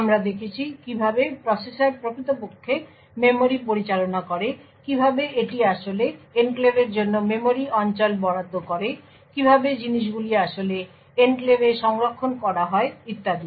আমরা দেখেছি কিভাবে প্রসেসর প্রকৃতপক্ষে মেমরি পরিচালনা করে কীভাবে এটি আসলে এনক্লেভের জন্য মেমরি অঞ্চল বরাদ্দ করে কীভাবে জিনিসগুলি আসলে এনক্লেভে সংরক্ষণ করা হয় ইত্যাদি